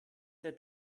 der